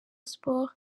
sports